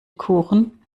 kuchen